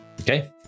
Okay